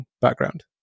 background